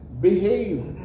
Behave